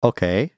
Okay